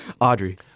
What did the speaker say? Audrey